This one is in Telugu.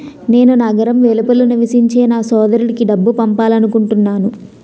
నేను నగరం వెలుపల నివసించే నా సోదరుడికి డబ్బు పంపాలనుకుంటున్నాను